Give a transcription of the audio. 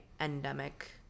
endemic